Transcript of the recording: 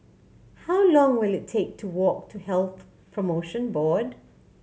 how long will it take to walk to Health Promotion Board